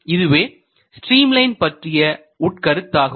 இதுவே streamline பற்றிய உட்கருத்தாகும்